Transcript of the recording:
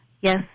Yes